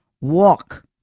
Walk